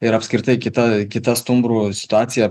ir apskritai kita kita stumbrų situacija